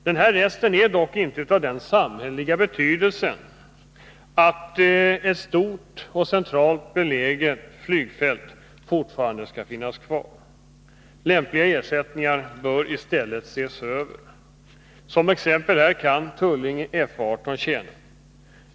Denna rest är dock inte av den samhälleliga betydelsen att ett stort och centralt beläget flygfält fortfarande skall få finnas kvar. Lämpliga ersättningar bör i stället ses över. Som exempel kan här Tullinge F 18 tjäna.